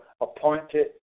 appointed